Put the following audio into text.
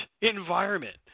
environment